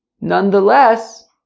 nonetheless